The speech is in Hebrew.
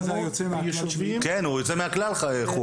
חורה יוצא מן הכלל.